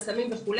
הסמים וכו',